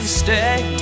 stay